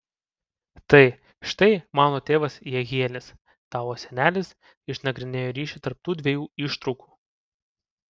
tai štai mano tėvas jehielis tavo senelis išnagrinėjo ryšį tarp tų dviejų ištraukų